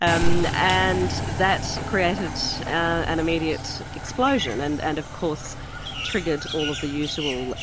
and and that created an immediate explosion, and and of course triggered all of the usual